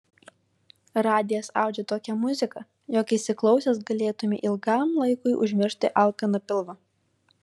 radijas audžia tokią muziką jog įsiklausęs galėtumei ilgam laikui užmiršti alkaną pilvą